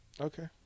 Okay